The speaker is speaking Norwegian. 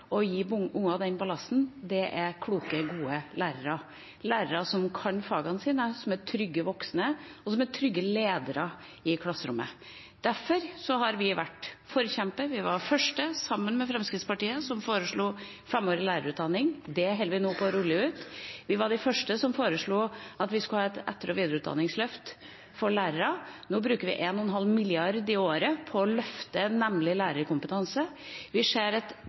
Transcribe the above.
ballasten, er kloke, gode lærere, lærere som kan fagene sine, som er trygge voksne, og som er trygge ledere i klasserommet. Derfor har vi vært forkjempere. Vi var de første sammen med Fremskrittspartiet som foreslo femårig lærerutdanning, det holder vi nå på å rulle ut. Vi var de første som foreslo at vi skulle ha et etter- og videreutdanningsløft for lærere. Nå bruker vi 1,5 mrd. kr i året på å løfte lærerkompetansen. Vi ser at